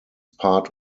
part